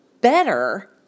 better